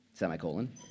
Semicolon